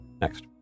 Next